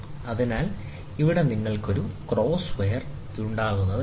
അതിനാൽ ഇവിടെ നിങ്ങൾക്ക് ഒരു ക്രോസ് വയർ ഉണ്ടാകും അത് കാണാം